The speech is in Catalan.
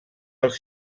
els